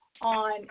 on